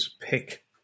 pick